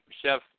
Chef